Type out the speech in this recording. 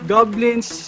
Goblins